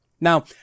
Now